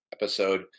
episode